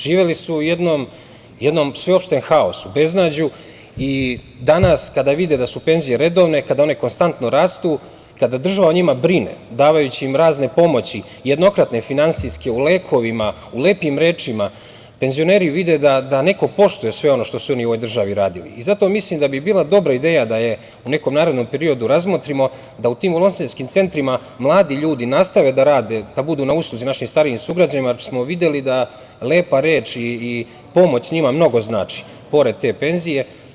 Živeli su u jednom sveopštem haosu, beznađu i danas, kada vide da su penzije redovne, kada one konstantno rastu, kada država o njima brine, davajući im razne pomoći, jednokratne, finansijske, u lekovima, u lepim rečima, penzioneri vide da neko poštuje sve ono što su oni u ovoj državi radili i zato mislim da bi bila dobra ideja, da je u nekom narednom periodu razmotrimo, da u tim volonterskim centrima mladi ljudi nastave da rade, da budu na usluzi našim starijim sugrađanima, jer smo videli da lepa reč i pomoć njima mnogo znači, pored te penzije.